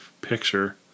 picture